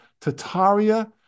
Tataria